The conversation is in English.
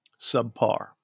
subpar